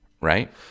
right